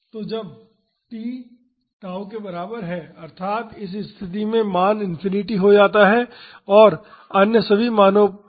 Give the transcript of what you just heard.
तो जब t tau के बराबर है अर्थात् इस स्थिति में मान इंफिनिटी हो जाता है और अन्य सभी स्थानों पर मान 0 हो जाता है